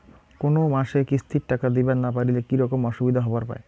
কোনো মাসে কিস্তির টাকা দিবার না পারিলে কি রকম অসুবিধা হবার পায়?